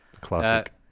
classic